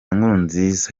nkurunziza